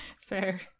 Fair